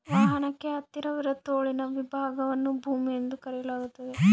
ವಾಹನಕ್ಕೆ ಹತ್ತಿರವಿರುವ ತೋಳಿನ ವಿಭಾಗವನ್ನು ಬೂಮ್ ಎಂದು ಕರೆಯಲಾಗ್ತತೆ